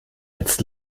als